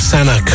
Sana